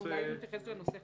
--- אולי נתייחס לנושא חדש.